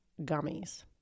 gummies